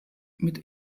mit